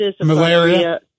malaria